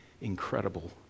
incredible